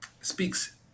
speaks